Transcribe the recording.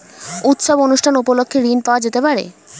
উৎসব অনুষ্ঠান উপলক্ষে ঋণ পাওয়া যেতে পারে?